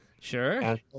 Sure